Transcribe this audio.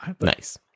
nice